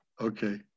Okay